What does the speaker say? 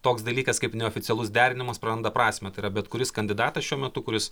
toks dalykas kaip neoficialus derinimas praranda prasmę tai yra bet kuris kandidatas šiuo metu kuris